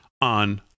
on